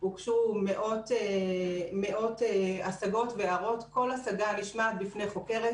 הוגשו מאות השגות והערות כאשר כל השגה נשמעת בפני חוקרת